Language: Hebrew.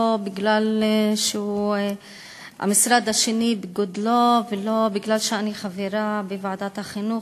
לא בגלל שהוא המשרד השני בגודלו ולא בגלל שאני חברה בוועדת החינוך,